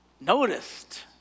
noticed